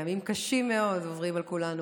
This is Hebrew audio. ימים קשים מאוד עוברים על כולנו,